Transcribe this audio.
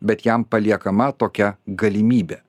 bet jam paliekama tokia galimybė